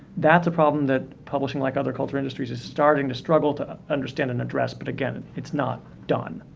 that's a problem that publishing like other culture industries is starting to struggle to understand and address, but again it's not done.